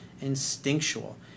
instinctual